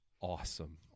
awesome